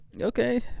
Okay